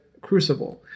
crucible